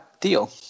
deal